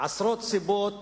עשרות סיבות